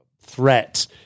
threat